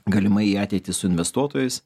galimai į ateitį su investuotojais